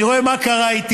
אני רואה מה קרה איתי.